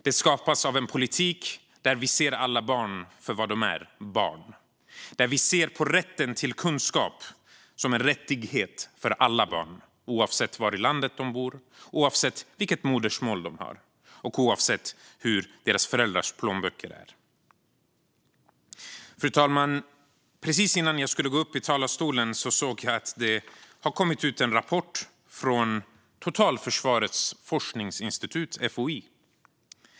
Den skapas av en politik där vi ser alla barn för vad de är - barn - och där vi ser på rätten till kunskap som en rättighet för alla barn, oavsett var i landet de bor, oavsett vilket modersmål de har och oavsett deras föräldrars plånböcker. Fru talman! Precis innan jag skulle gå upp i talarstolen såg jag att det har kommit en rapport från Totalförsvarets forskningsinstitut, FOI.